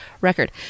record